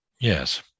yes